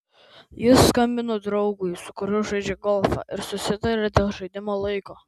jis skambino draugui su kuriuo žaidžia golfą ir susitarė dėl žaidimo laiko